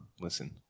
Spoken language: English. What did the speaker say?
Listen